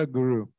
Guru